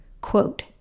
Quote